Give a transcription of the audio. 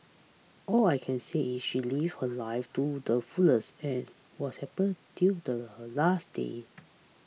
all I can say is she lived her life too the fullest and was happy till the her last day